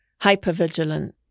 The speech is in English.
hypervigilant